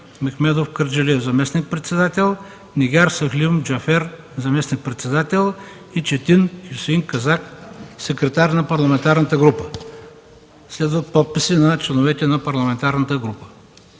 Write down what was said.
Мехмедов Кърджалиев – заместник-председател, Нигяр Сахлим Джафер – заместник-председател, и Четин Хюсеин Казак – секретар на парламентарната група.” Следват подписи на членовете на парламентарната група.